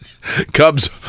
Cubs